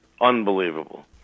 unbelievable